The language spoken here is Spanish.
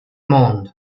monde